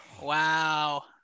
Wow